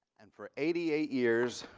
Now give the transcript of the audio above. and for eighty eight years,